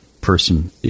person